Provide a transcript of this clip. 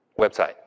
Website